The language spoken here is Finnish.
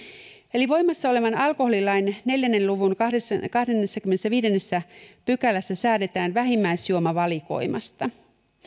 eli voimassa olevan alkoholilain neljän luvun kahdennessakymmenennessäviidennessä pykälässä säädetään vähimmäisjuomavalikoimasta